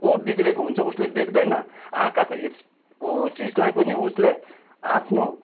बिग्रेको हुन्छ उसले देख्दैन अर्काको यत्रो चिजलाई पनि उसले आफ्नो